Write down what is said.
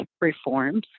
reforms